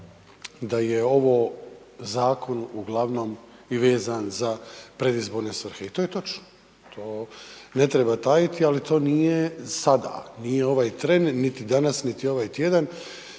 da je ovo zakon uglavnom i vezan za predizborne svrhe. I to je točno, to ne treba tajiti, ali to nije sada, nije ovaj tren, niti danas, niti ovaj tjedan.